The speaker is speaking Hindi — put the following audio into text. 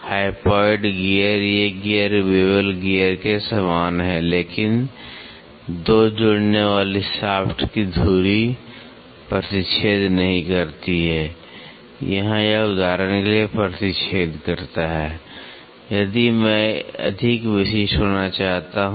हाइपोइड गियर ये गियर बेवल गियर के समान हैं लेकिन 2 जोड़ने वाली शाफ्ट की धुरी प्रतिच्छेद नहीं करती है यहां यह उदाहरण के लिए प्रतिच्छेद करता है यदि मैं अधिक विशिष्ट होना चाहता हूं